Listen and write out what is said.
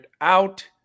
out